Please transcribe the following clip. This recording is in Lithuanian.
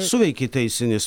suveikė teisinis